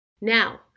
Now